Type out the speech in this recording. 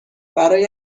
برای